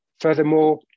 Furthermore